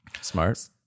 Smart